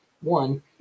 one